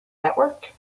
network